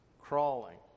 crawling